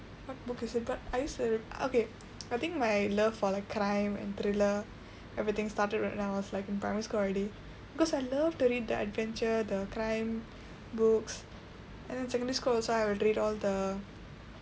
what book is it but I used to read okay I think my love for like crime and thriller everything started right when I was like in primary school already because I love to read the adventure the crime books and then in secondary schools I also will read all the